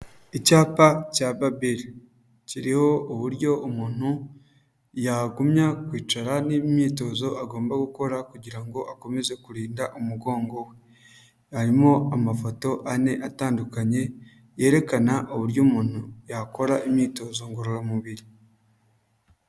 Icyapa cya babeli kiriho uburyo umuntu yagumya kwicara n'imyitozo agomba gukora kugira ngo akomeze kurinda umugongo we harimo amafoto ane atandukanye yerekana uburyo umuntu yakora imyitozo ngororamubiri.